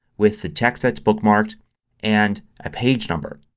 with the text that's bookmarked and a page number.